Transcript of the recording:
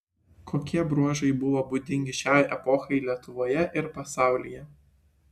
kokie bruožai buvo būdingi šiai epochai lietuvoje ir pasaulyje